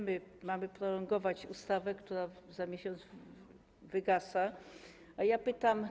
Mamy prolongować ustawę, która za miesiąc wygasa, więc mam pytanie.